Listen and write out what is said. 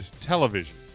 television